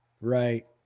Right